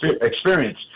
experience